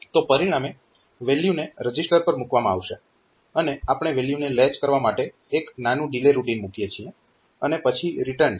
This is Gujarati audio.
તો પરિણામે વેલ્યુને રજીસ્ટર પર મૂકવામાં આવશે અને આપણે વેલ્યુને લેચ કરવા માટે એક નાનું ડીલે રુટીન મૂકીએ છીએ અને પછી રીટર્ન છે